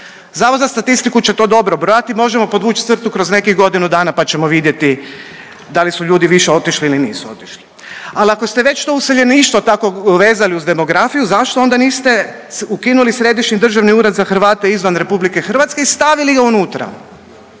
Zavod za statistiku će to dobro brojati, možemo podvući crtu kroz nekih godinu dana pa ćemo vidjeti da li su ljudi više otišli ili nisu otišli. Ali ako ste već to useljeništvo tako vezali uz demografiju zašto onda niste ukinuli Središnji državni ured za Hrvate izvan Republike Hrvatske i stavili ga unutra.